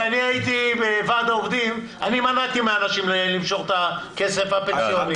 כשאני הייתי בוועד העובדים אני מנעתי מהאנשים למשוך את הכסף הפנסיוני.